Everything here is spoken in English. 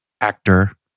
actor